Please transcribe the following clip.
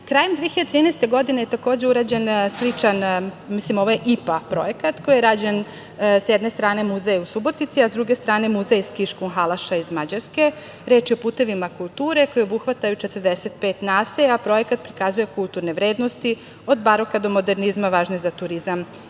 2013. godine je takođe urađen sličan, mislim ovo je IPA projekat koji je rađen, s jedne strane, Muzej u Subotici, a s druge strane Muzej Skiškuhalaša iz Mađarske. Reč je o putevima kulture koji obuhvataju 45 naselja a projekat prikazuje kulturne vrednosti od baroka do modernizma važne za turizam